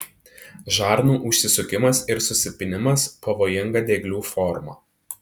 žarnų užsisukimas ir susipynimas pavojinga dieglių forma